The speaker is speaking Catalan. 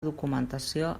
documentació